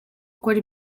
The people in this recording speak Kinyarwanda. gukora